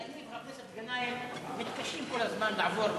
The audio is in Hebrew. כי אני וחבר הכנסת גנאים מתקשים כל הזמן לעבור,